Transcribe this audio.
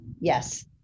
Yes